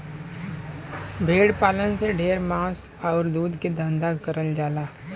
भेड़ पालन से ढेर मांस आउर दूध के धंधा करल जाला